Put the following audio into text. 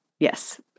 Yes